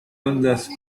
ondas